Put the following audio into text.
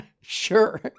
Sure